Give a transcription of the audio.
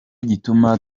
gituma